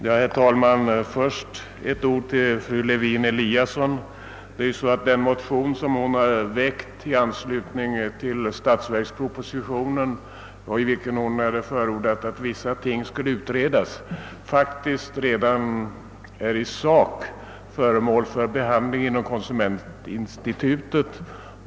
Herr talman! Först några ord till fru Lewén-Eliasson. De problem som fru Lewén-Eliasson i sin motion i anslutning till statsverkspropositionen föreslår skulle utredas är ju i sak redan föremål för utredning inom konsumentinstitutet.